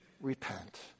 repent